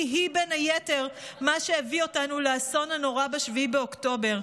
היא-היא בין היתר מה שהביא אותנו לאסון הנורא ב-7 באוקטובר.